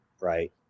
right